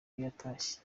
yatashye